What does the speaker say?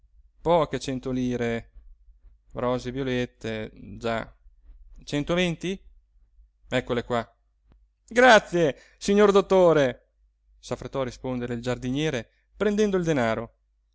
poche cento lire rose e violette già cento venti eccole qua grazie signor dottore s'affrettò a rispondere il giardiniere prendendo il denaro